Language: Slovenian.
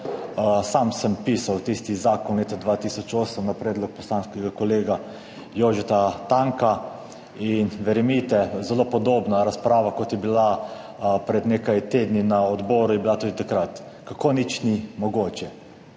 Sam sem pisal tisti zakon leta 2008 na predlog poslanskega kolega Jožeta Tanka. In verjemite, zelo podobna razprava, kot je bila pred nekaj tedni na odboru, je bila tudi takrat, kako nič ni mogoče.